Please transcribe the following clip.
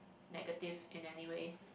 negative in anyway